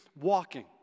walking